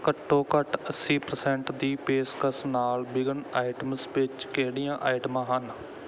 ਘੱਟੋ ਘੱਟ ਅੱਸੀ ਪਰਸੈਂਟ ਦੀ ਪੇਸ਼ਕਸ਼ ਨਾਲ ਬਿਗਨ ਆਇਟਮਸ ਵਿੱਚ ਕਿਹੜੀਆਂ ਆਈਟਮਾਂ ਹਨ